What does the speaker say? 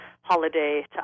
holiday